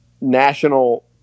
national